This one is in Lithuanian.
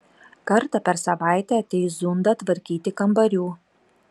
kartą per savaitę ateis zunda tvarkyti kambarių